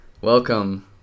Welcome